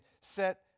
set